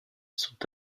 sont